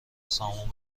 سامون